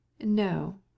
No